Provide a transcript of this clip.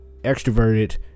extroverted